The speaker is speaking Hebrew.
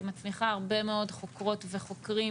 היא מצמיחה הרבה מאוד חוקרות וחוקרים